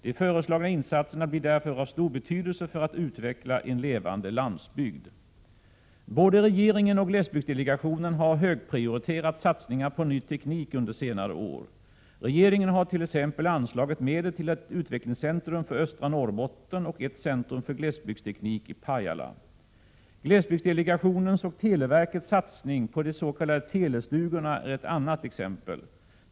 De föreslagna insatserna blir därför av stor betydelse för att utveckla en levande landsbygd. Både regeringen och glesbygdsdelegationen har högprioriterat satsningar på ny teknik under senare år. Regeringen har t.ex. anslagit medel till ett utvecklingscentrum för östra Norrbotten och ett centrum för glesbygdsteknik i Pajala. Glesbygdsdelegationens och televerkets satsning på de s.k. telestugorna är ett annat exempel.